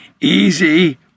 easy